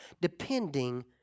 depending